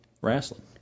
wrestling